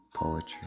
poetry